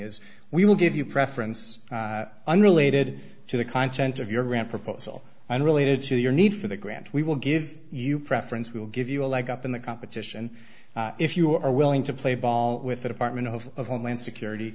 is we will give you preference unrelated to the content of your grant proposal unrelated to your need for the grant we will give you preference we will give you a leg up in the competition if you are willing to play ball with the department of homeland security